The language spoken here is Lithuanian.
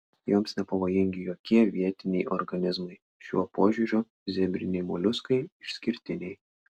joms nepavojingi jokie vietiniai organizmai šiuo požiūriu zebriniai moliuskai išskirtiniai